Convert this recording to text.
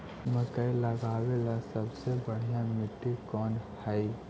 मकई लगावेला सबसे बढ़िया मिट्टी कौन हैइ?